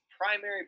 primary